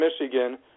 Michigan